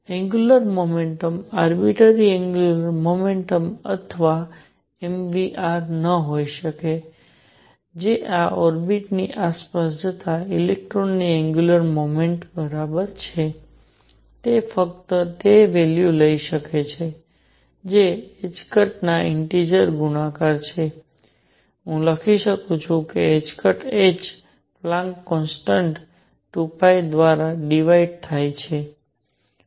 angular momentum arbitrary angular momentum અથવા m v r ન હોઈ શકે જે આ ઓર્બિટ ની આસપાસ જતા ઇલેક્ટ્રોનની એંગ્યુલર મોમેન્ટમ બરાબર છે તે ફક્ત તે વેલ્યુ લઈ શકે છે જે ના ઇન્ટેજર ગુણાકાર છે હું લખી શકું છું h પ્લેન્કPlanck'sના કોન્સટન્ટ 2 દ્વારા ડીવાયડ થાય છે